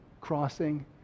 crossing